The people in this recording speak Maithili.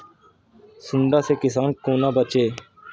सुंडा से किसान कोना बचे?